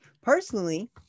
Personally